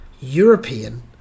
European